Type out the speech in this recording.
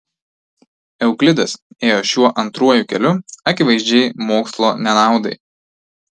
euklidas ėjo šiuo antruoju keliu akivaizdžiai mokslo nenaudai